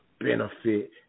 benefit